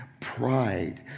pride